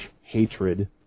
hatred